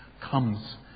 comes